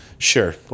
Sure